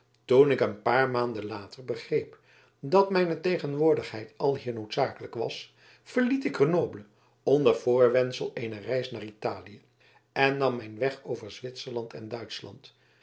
toen ik een paar maanden later begreep dat mijne tegenwoordigheid alhier noodzakelijk was verliet ik grenoble onder voorwendsel eener reis naar italië en nam mijn weg over zwitserland en duitschland